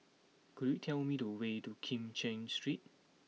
could you tell me the way to Kim Cheng Street